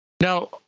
now